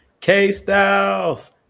K-Styles